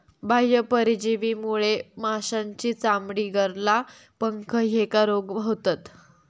बाह्य परजीवीमुळे माशांची चामडी, गरला, पंख ह्येका रोग होतत